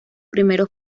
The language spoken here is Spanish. primeros